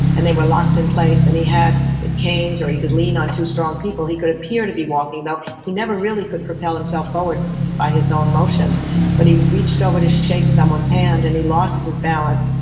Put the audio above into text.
and they were locked in place, and he had canes or he could lean on two strong people, he could appear to be walking though he never really could propel himself forward by his own motion but he reached over to shake someone's hand, and he lost his balance,